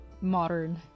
modern